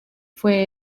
fue